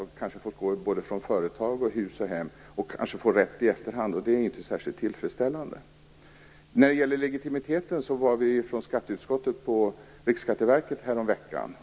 Han kanske får lämna företag, hus och hem, även om han kanske får rätt i efterhand. Detta är ju inte särskilt tillfredsställande. När det gäller legitimiteten besökte skatteutskottet Riksskatteverket häromveckan.